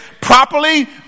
properly